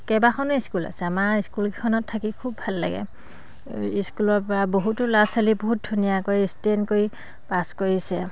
কেইবাখনো স্কুল আছে আমাৰ স্কুলকেইখনত থাকি খুব ভাল লাগে স্কুলৰ পৰা বহুতো ল'ৰা ছোৱালী বহুত ধুনীয়াকৈ ষ্টেণ্ড কৰি পাছ কৰিছে